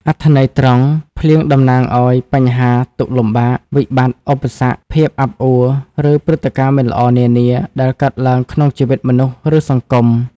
អត្ថន័យត្រង់ ភ្លៀងតំណាងឲ្យ បញ្ហា ទុក្ខលំបាក វិបត្តិ ឧបសគ្គ ភាពអាប់អួរ ឬព្រឹត្តិការណ៍មិនល្អនានាដែលកើតឡើងក្នុងជីវិតមនុស្ស ឬសង្គម។